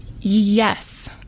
Yes